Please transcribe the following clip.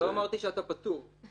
לא אמרתי שאתה פטור.